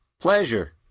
Pleasure